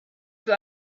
für